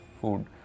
food